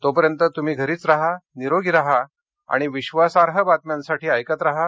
तोपर्यंत तुम्ही घरीच राहा निरोगी राहा आणि विधासार्ह बातम्यांसाठी ऐकत राहा